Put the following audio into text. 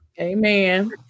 amen